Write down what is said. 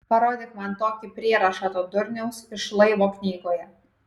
parodyk man tokį prierašą to durniaus iš laivo knygoje